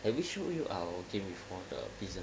I will show you our game with water pieces